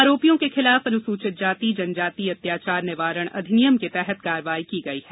आरोपियों के खिलाफ अनुसूचित जाति जनजाति अत्याचार निवारण अधिनियम के तहत कार्रवाई की गई है